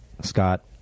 scott